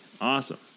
awesome